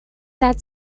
that